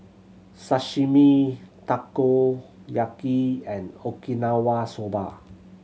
Sashimi Takoyaki and Okinawa Soba